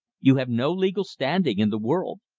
you have no legal standing in the world.